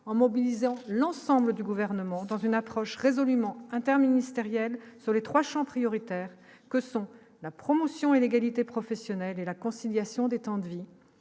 en mobilisant l'ensemble du gouvernement dans une approche résolument en interministériel, sur les 3 champs prioritaires que sont la promotion et l'égalité professionnelle et la conciliation des temps de vie